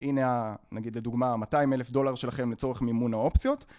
הנה נגיד לדוגמה 200 אלף דולר שלכם לצורך מימון האופציות